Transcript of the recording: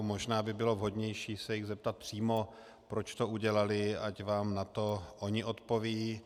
Možná by bylo vhodnější se jich zeptat přímo, proč to udělali, ať vám na to oni odpovědí.